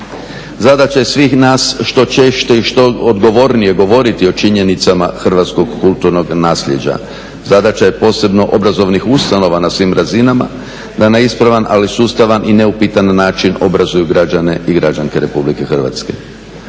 Zadaća je svih nas što češće i što odgovornije govoriti o činjenicama hrvatskog kulturnog naslijeđa. Zadaća je posebno obrazovnih ustanova na svim razinama da na ispravan, ali sustavan i neupitan način obrazuju građane i građanke Republike Hrvatske.